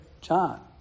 John